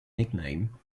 nickname